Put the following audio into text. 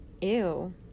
Ew